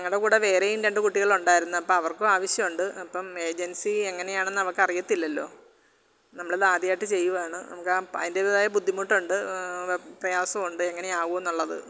ഞങ്ങളുടെ കൂടെ വേറെയും രണ്ടു കുട്ടികൾ ഉണ്ടായിരുന്നു അപ്പോള് അവർക്കും ആവശ്യമുണ്ട് അപ്പോള് ഏജൻസി എങ്ങനെയാണെന്ന് അവര്ക്ക് അറിയത്തില്ലല്ലോ നമ്മളിത് ആദ്യമായിട്ട് ചെയ്യുകയാണ് നമുക്ക് ആ അതിന്റേതായ ബുദ്ധിമുട്ടുണ്ട് പ്രയാസമുണ്ട് എങ്ങനെയാവുമെന്നുള്ളത്